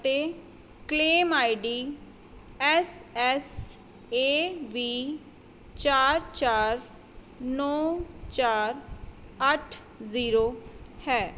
ਅਤੇ claim ID S S A ਵੀ ਚਾਰ ਚਾਰ ਨੌਂ ਚਾਰ ਅੱਠ ਜ਼ੀਰੋ ਹੈ